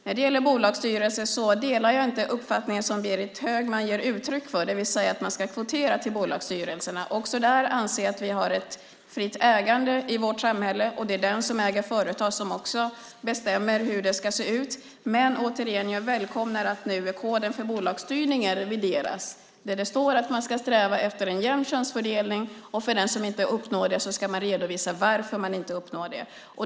När det gäller bolagsstyrelser delar jag inte den uppfattning som Berit Högman ger uttryck för, det vill säga att man ska kvotera till bolagsstyrelserna. Också där anser jag att vi har ett fritt ägande i vårt samhälle. Det är den som äger ett företag som också bestämmer hur det ska se ut. Men, återigen, jag välkomnar att koden för bolagsstyrning nu revideras. Det står att man ska sträva efter en jämn könsfördelning, och den som inte uppnår det ska redovisa varför man inte uppnår det.